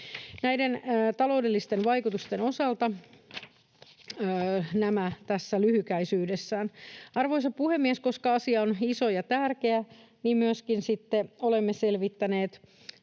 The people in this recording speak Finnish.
Nämä taloudellisten vaikutusten osalta tässä lyhykäisyydessään. Arvoisa puhemies! Koska asia on iso ja tärkeä, niin myöskin olemme sitten